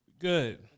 Good